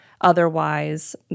otherwise